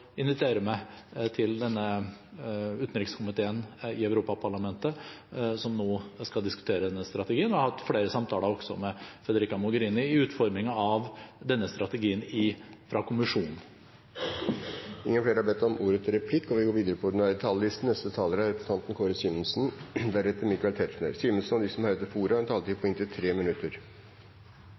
invitere meg med til utenrikskomiteen i Europaparlamentet som nå skal diskutere denne strategien. Jeg har hatt flere samtaler også med Federica Mogherini i forbindelse med utformingen av denne strategien fra kommisjonen. Replikkordskiftet er omme. De talere som heretter får ordet, har en taletid på inntil 3 minutter. Jeg vil også starte med å gratulere min gode politikerkollega fra Finnmark med hans nye verv. Det har